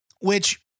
Which-